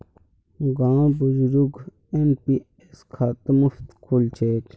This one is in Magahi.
गांउर बुजुर्गक एन.पी.एस खाता मुफ्तत खुल छेक